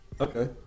Okay